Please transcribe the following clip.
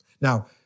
Now